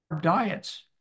diets